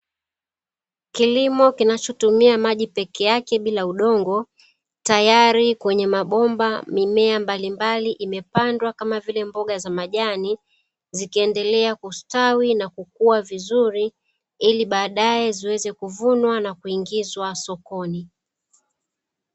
Kilimo kinachotumia maji peke yake bila udongo, tayari kwenye mabomba mimea mbali mbali imepandwa. Kama vile: mboga za majani, zikiendelea kustawi na kukua vizuri, ili baadae ziweze kuvunwa na kuingizwa sokoni.